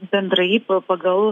bendrai pa pagal